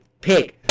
pick